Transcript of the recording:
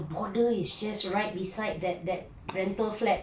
cause the borders is just right beside that that rental flat